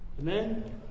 Amen